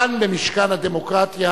כאן, במשכן הדמוקרטיה,